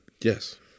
Yes